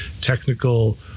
technical